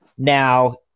Now